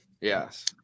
Yes